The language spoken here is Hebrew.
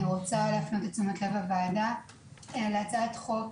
אני רוצה להפנות את תשומת לב הוועדה להצעת חוק